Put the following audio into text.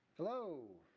hello.